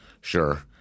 Sure